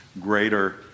greater